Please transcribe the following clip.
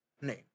name